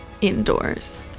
indoors